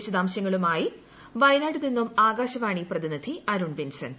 വിശദാംശങ്ങളുമായി വയനാടു നിന്നും ആകാശവാണി പ്രതിനിധി അരുൺ വിൻസന്റ്